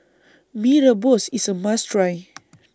Mee Rebus IS A must Try